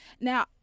now